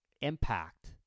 impact